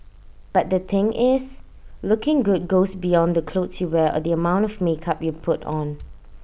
but the thing is looking good goes beyond the clothes you wear or the amount of makeup you put on